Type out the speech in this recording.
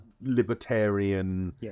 libertarian